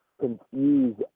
confuse